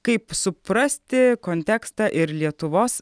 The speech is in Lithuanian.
kaip suprasti kontekstą ir lietuvos